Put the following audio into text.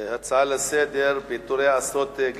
הנושא הבא הוא הצעה לסדר-היום מס' 3434,